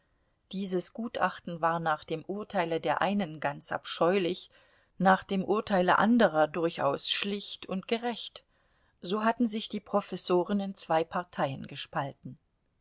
dieses gutachten war nach dem urteile der einen ganz abscheulich nach dem urteile anderer durchaus schlicht und gerecht so hatten sich die professoren in zwei parteien gespalten